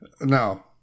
No